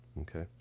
Okay